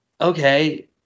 okay